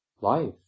life